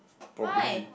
why